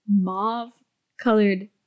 mauve-colored